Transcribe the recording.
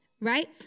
right